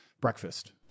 Breakfast